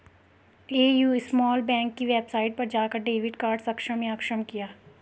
AU small bank की website पर जाकर डेबिट कार्ड सक्षम या अक्षम किया